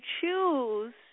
choose